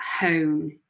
hone